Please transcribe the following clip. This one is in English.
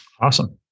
Awesome